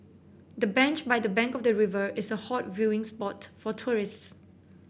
the bench by the bank of the river is a hot viewing spot for tourists